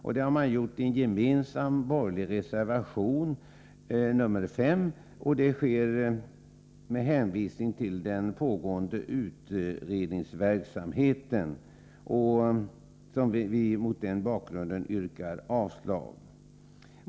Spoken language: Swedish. Man har följt upp detta i en gemensam borgerlig reservation, nr 5, där man hänvisar till den pågående utredningsverksamheten. Utskottsmajoriteten har avstyrkt motionerna, och mot den bakgrunden yrkar jag avslag på reservationen.